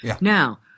Now